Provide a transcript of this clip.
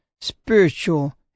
spiritual